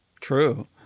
True